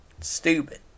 Stupid